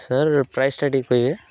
sir ପ୍ରାଇସଟା ଟିକେ କହିବେ